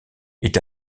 est